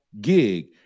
gig